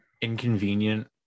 inconvenient